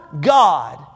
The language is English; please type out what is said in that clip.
God